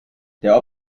der